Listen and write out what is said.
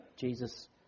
Jesus